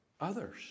others